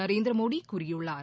நரேந்திரமோடிகூறியுள்ளார்